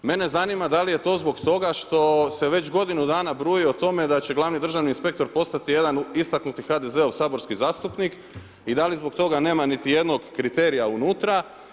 Mene zanima, da li je to zbog toga što se već godinu dana bruji o tome, da će gl. državni inspektor postati jedan istaknuti HDZ-ov saborski zastupnik i da li zbog toga nema ni jednog kriterija unutra.